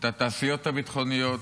את התעשיות הביטחוניות,